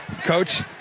Coach